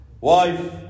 Wife